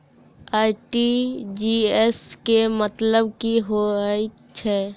RTGS केँ मतलब की हएत छै?